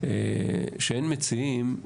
כשאין מציעים,